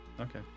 Okay